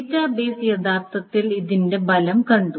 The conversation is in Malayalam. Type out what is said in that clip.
ഡാറ്റാബേസ് യഥാർത്ഥത്തിൽ ഇതിന്റെ ഫലം കണ്ടു